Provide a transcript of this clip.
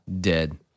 Dead